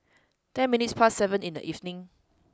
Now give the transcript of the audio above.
ten minutes past seven in the evening